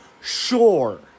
Sure